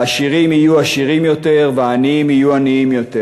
והעשירים יהיו עשירים יותר והעניים יהיו עניים יותר,